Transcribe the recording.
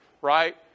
right